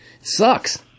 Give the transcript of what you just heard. sucks